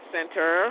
Center